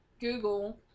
Google